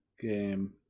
game